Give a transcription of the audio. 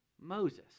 Moses